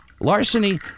Larceny